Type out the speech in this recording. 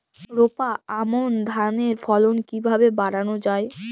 রোপা আমন ধানের ফলন কিভাবে বাড়ানো যায়?